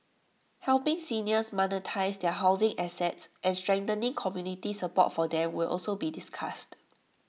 helping seniors monetise their housing assets and strengthening community support for them will also be discussed